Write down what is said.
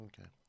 Okay